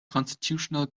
constitutional